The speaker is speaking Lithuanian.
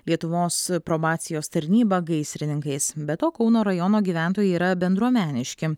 lietuvos probacijos tarnyba gaisrininkais be to kauno rajono gyventojai yra bendruomeniški